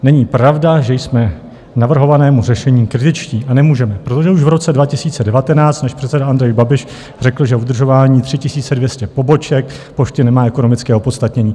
Není pravda, že jsme k navrhovanému řešení kritičtí, a nemůžeme, protože už v roce 2019 náš předseda Andrej Babiš řekl, že udržování 3 200 poboček Pošty nemá ekonomické opodstatnění.